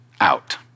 out